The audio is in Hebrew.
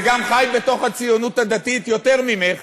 וגם חי בתוך הציונות הדתית יותר ממך,